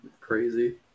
crazy